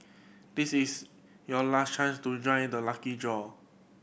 this is your last chance to join the lucky draw